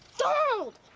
donald!